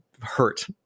hurt